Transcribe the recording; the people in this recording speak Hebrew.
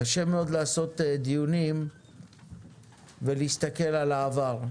קשה מאוד לעשות דיונים ולהסתכל על העבר.